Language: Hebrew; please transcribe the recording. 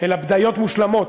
אלא בדיות מושלמות.